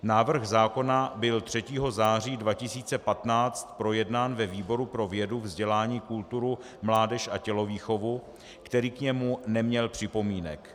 Návrh zákona byl 3. září 2015 projednán ve výboru pro vědu, vzdělání, kulturu, mládež a tělovýchovu, který k němu neměl připomínek.